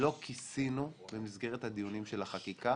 לא כיסינו במסגרת הדיונים של החקיקה